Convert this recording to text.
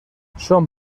son